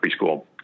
preschool